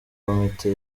komite